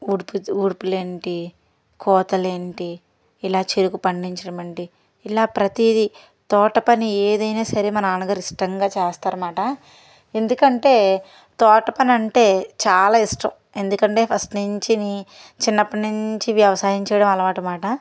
ఊడుపులు ఉడుపులు ఏంటి కోతలు ఏంటి ఇలా చెరుకు పండించడం అండి ఇలా ప్రతిదీ తోట పని ఏది అయినా సరే మా నాన్నగారు ఇష్టంగా చేస్తారు అనమాట ఎందుకని అంటే తోట పని అంటే చాలా ఇష్టం ఎందుకంటే ఫస్ట్ నుంచి చిన్నప్పటి నుంచి వ్యవసాయం చేయడం అలవాటు మాట